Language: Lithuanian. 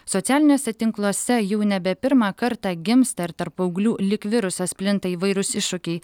socialiniuose tinkluose jau nebe pirmą kartą gimsta ir tarp paauglių lyg virusas plinta įvairūs iššūkiai